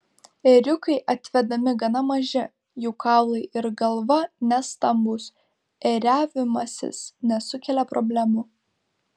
ėriukai atvedami gana maži jų kaulai ir galva nestambūs ėriavimasis nesukelia problemų